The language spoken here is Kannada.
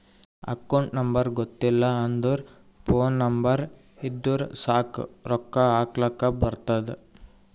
ಅಕೌಂಟ್ ನಂಬರ್ ಗೊತ್ತಿಲ್ಲ ಅಂದುರ್ ಫೋನ್ ನಂಬರ್ ಇದ್ದುರ್ ಸಾಕ್ ರೊಕ್ಕಾ ಹಾಕ್ಲಕ್ ಬರ್ತುದ್